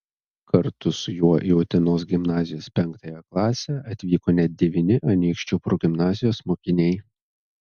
kartu su juo į utenos gimnazijos penktąją klasę atvyko net devyni anykščių progimnazijos mokiniai